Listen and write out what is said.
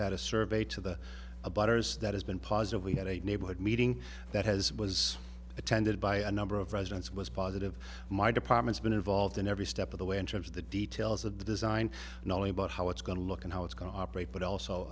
had a survey to the abettors that has been positive we had a neighborhood meeting that has was attended by a number of residents it was positive my department's been involved in every step of the way in terms of the details of the design knowing about how it's going to look and how it's going to operate but also